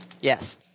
Yes